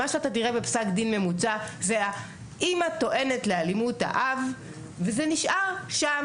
מה שאתה תראה בפסק דין ממוצע זה האימא טוענת לאלימות האב וזה נשאר שם.